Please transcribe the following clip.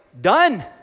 done